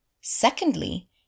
Secondly